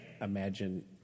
imagine